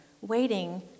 waiting